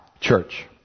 church